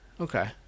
Okay